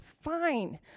fine